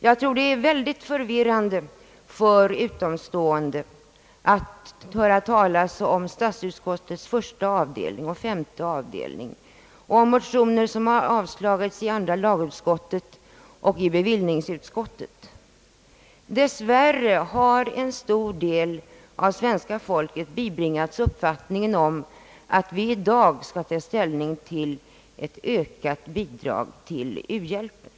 Jag tror att det är väldigt förvirrande för utomstående att höra talas om statsutskottets första avdelning och femte avdelning och om motioner som avstyrkts i andra lagutskottet och i bevillningsutskottet. Dess värre har en stor del av svenska folket bibragts uppfattningen, att vi i riksdagen i dag skall ta ställning till ett ökat bidrag till u-hjälpen.